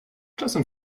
czasem